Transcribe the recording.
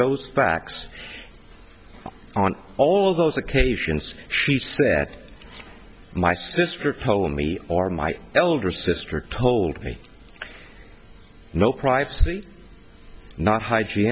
those facts on all those occasions she says that my sister told me or my elder sister told me no privacy not hygiene